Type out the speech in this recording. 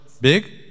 Big